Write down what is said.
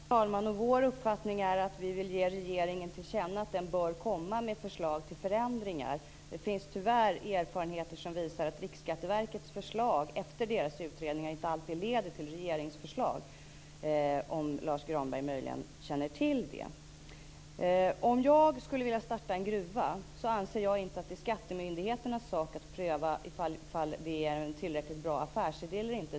Fru talman! Vår uppfattning är att vi vill ge regeringen till känna att den bör komma med förslag till förändringar. Det finns tyvärr erfarenheter som visar att Riksskatteverkets förslag efter deras utredningar inte alltid leder till regeringsförslag, vilket Lars Granberg möjligtvis känner till. Om jag skulle vilja starta en gruva anser jag inte att det är skattemyndigheternas sak att pröva ifall det är en tillräckligt bra affärsidé eller inte.